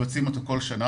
הערבית.